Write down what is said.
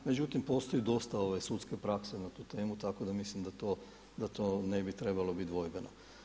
Međutim, postoji dosta sudske prakse na tu temu tako da mislim da to ne bi trebalo biti dvojbeno.